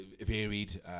varied